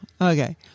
Okay